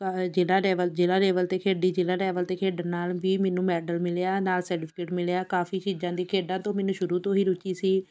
ਜ਼ਿਲ੍ਹਾ ਲੈਵਲ ਜ਼ਿਲ੍ਹਾ ਲੈਵਲ 'ਤੇ ਖੇਡੀ ਜ਼ਿਲ੍ਹਾ ਲੈਵਲ 'ਤੇ ਖੇਡਣ ਨਾਲ ਵੀ ਮੈਨੂੰ ਮੈਡਲ ਮਿਲਿਆ ਨਾਲ ਸਰਟੀਫਿਕੇਟ ਮਿਲਿਆ ਕਾਫੀ ਚੀਜ਼ਾਂ ਦੀ ਖੇਡਾਂ ਤੋਂ ਮੈਨੂੰ ਸ਼ੁਰੂ ਤੋਂ ਹੀ ਰੁਚੀ ਸੀ